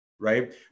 right